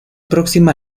próxima